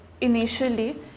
initially